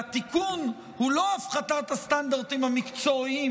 והתיקון הוא לא הפחתת הסטנדרטים המקצועיים